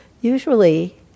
Usually